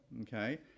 Okay